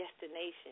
destination